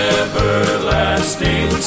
everlasting